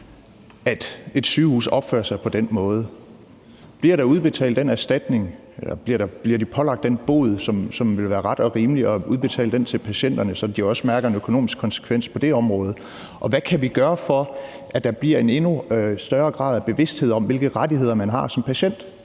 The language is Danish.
at et sygehus opfører sig på den måde. Bliver der udbetalt den erstatning, eller bliver de pålagt den bod, som ville være ret og rimelig at udbetale til patienterne, så de også mærker en økonomisk konsekvens på det område? Og hvad kan vi gøre for, at der bliver en endnu højere grad af bevidsthed om, hvilke rettigheder man har som patient?